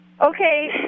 Okay